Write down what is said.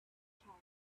checked